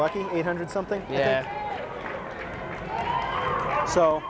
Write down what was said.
lucky it hundred something yeah so